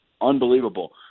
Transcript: unbelievable